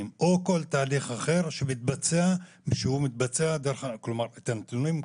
או כל תהליך אחר שמתבצע דרך התקשורת.